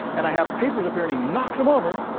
and i have papers up here, and he knocks em over,